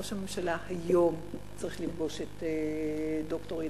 ראש הממשלה היום צריך לפגוש את ד"ר אידלמן,